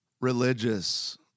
religious